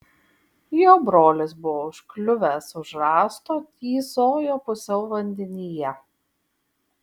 jo brolis buvo užkliuvęs už rąsto tysojo pusiau vandenyje